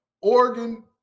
Oregon